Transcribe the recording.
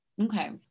Okay